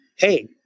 Hey